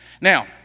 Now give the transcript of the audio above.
Now